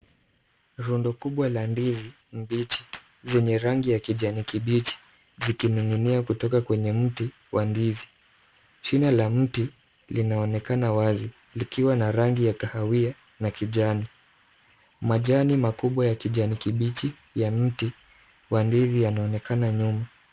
Rundo kubwa la ndizi mbichi zenye rangi ya kijani kibichi zikining'inia kutoka kwenye mti wa ndizi. Shina la mti linaonekana wazi likiwa na rangi ya kahawia na kijani. Majani makubwa ya kijani kibichi ya mti wa ndizi yanaonekana nyuma.